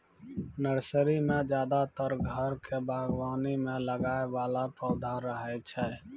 nursery मॅ ज्यादातर घर के बागवानी मॅ लगाय वाला पौधा रहै छै